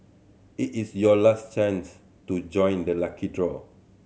it is your last chance to join the lucky draw